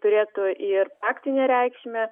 turėtų ir praktinę reikšmę